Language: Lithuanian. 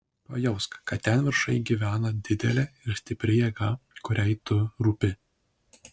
pajausk kad ten viršuj gyvena didelė ir stipri jėga kuriai tu rūpi